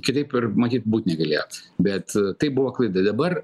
kitaip ir matyt būt negalėjot bet tai buvo klaida dabar